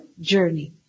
journey